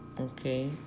okay